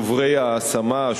שוברי ההשמה,